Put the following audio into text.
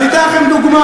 אני רק אזכיר לכם,